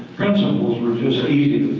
principals were just easy